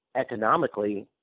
economically